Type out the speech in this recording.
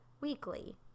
weekly